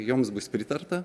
joms bus pritarta